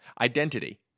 Identity